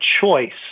choice